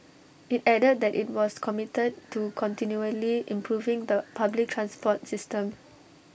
IT added that IT was committed to continually improving the public transport system